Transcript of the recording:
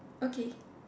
okay